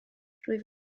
rwyf